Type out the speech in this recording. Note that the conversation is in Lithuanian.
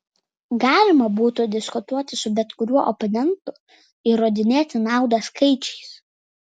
galima būtų diskutuoti su bet kuriuo oponentu įrodinėti naudą skaičiais